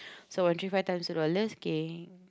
so one three five times two dollars kay